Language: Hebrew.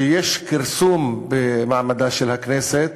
שיש כרסום במעמדה של הכנסת,